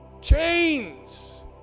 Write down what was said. Chains